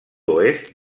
oest